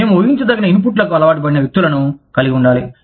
మేము ఊహించదగిన ఇన్పుట్లకు అలవాటుపడిన వ్యక్తులను కలిగి ఉండాలి